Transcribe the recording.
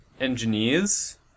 engineers